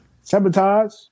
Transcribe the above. Sabotage